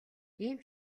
ийм